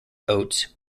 oats